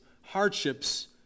hardships